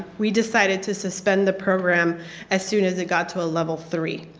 we decided to suspend the program as soon as it got to a level three.